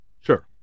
Sure